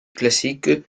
classic